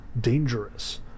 dangerous